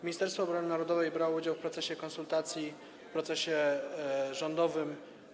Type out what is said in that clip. Ministerstwo Obrony Narodowej brało udział w procesie konsultacji, w procesie rządowym.